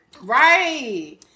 Right